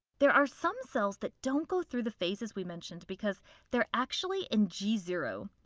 there are some cells that don't go through the phases we mentioned, because they're actually in g zero.